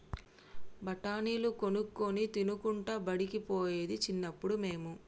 బఠాణీలు కొనుక్కొని తినుకుంటా బడికి పోయేది చిన్నప్పుడు మేము